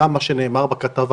גם מה שנאמר בכתב,